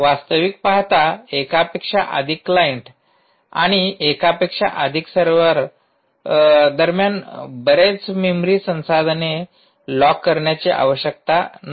वास्तविक पाहता एकापेक्षा आधिक क्लायंट आणि एकापेक्षा आधिक सर्व्हर दरम्यान बर्याच मेमरी संसाधने लॉक करण्याची आवश्यकता नाही